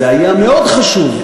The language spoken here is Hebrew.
זה היה מאוד חשוב,